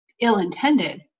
ill-intended